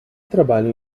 trabalham